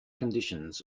conditions